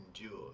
endure